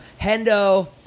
Hendo